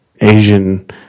Asian